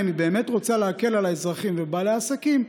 אם היא באמת רוצה להקל על האזרחים ועל בעלי העסקים,